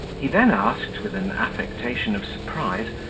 he then asked, with an affectation of surprise,